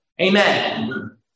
amen